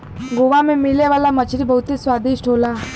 गोवा में मिले वाला मछरी बहुते स्वादिष्ट होला